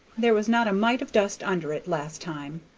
there was not a mite of dust under it last time.